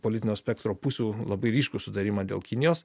politinio spektro pusių labai ryškų sutarimą dėl kinijos